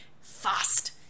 Fast